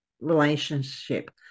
relationship